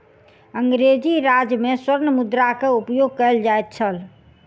अंग्रेजी राज में स्वर्ण मुद्रा के उपयोग कयल जाइत छल